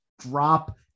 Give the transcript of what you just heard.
drop